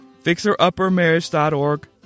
fixeruppermarriage.org